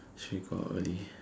should we go out early